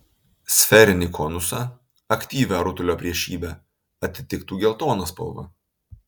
sferinį konusą aktyvią rutulio priešybę atitiktų geltona spalva